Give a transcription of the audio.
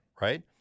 right